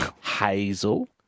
Hazel